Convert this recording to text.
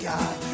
God